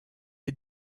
est